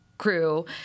Crew